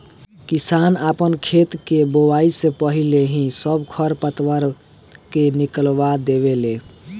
किसान आपन खेत के बोआइ से पाहिले ही सब खर पतवार के निकलवा देवे ले